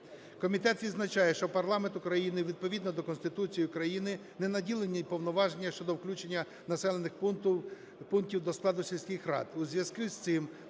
Комітет відзначає, що парламент України відповідно до Конституції України не наділений повноваженнями щодо включення населених пунктів до складу сільських рад.